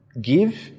give